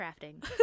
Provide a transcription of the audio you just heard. crafting